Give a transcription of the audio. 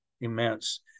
immense